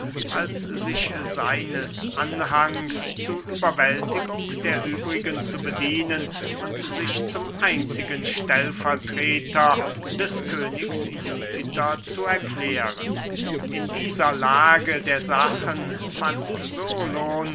als sich seines anhangs zu überwältigung der übrigen zu bedienen und sich zum einzigen stellvertreter des königs jupiter zu erklären in dieser lage der sachen fand